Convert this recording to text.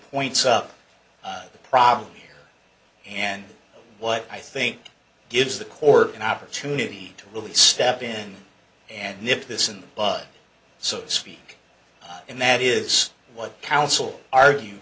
points up the problem and what i think gives the court an opportunity to really step in and nip this in the bud so to speak and that is what counsel argue